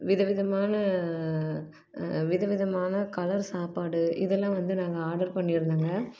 விதவிதமான விதவிதமான கலர் சாப்பாடு இதெல்லாம் வந்து நாங்கள் ஆர்டர் பண்ணிருந்தேங்க